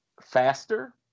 Faster